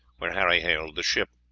where harry hailed the ship.